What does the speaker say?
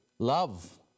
love